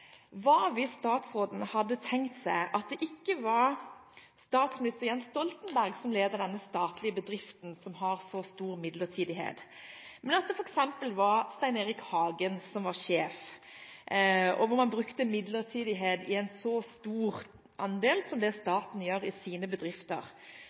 ikke var statsminister Jens Stoltenberg som ledet denne statlige bedriften som har så stor midlertidighet, men at det f.eks. var Stein Erik Hagen som var sjef, og hvor man brukte midlertidighet i like stor grad som